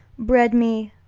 bred me,